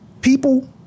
people